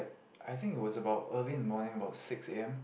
I think it was about early in the morning about six A_M